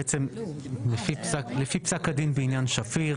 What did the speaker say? בעצם לפי פסק הדין בעניין שפיר